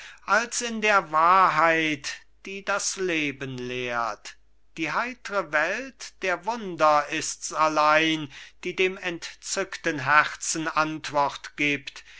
als in der wahrheit die das leben lehrt die heitre welt der wunder ists allein die dem entzückten herzen antwort gibt